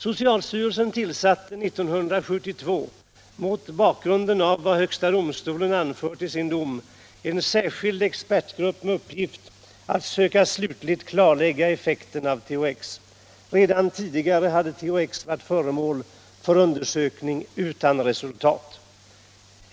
Socialstyrelsen tillsatte 1972 — mot bakgrund av vad högsta domstolen anfört i sin dom — en särskild expertgrupp med uppgift att söka slutligt 1 klarlägga effekten av THX. Redan tidigare hade THX varit föremål för undersökning utan resultat.